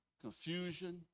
Confusion